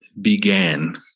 began